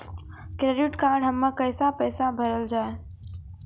Credit card हम्मे कैसे पैसा भरल जाए?